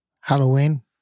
Halloween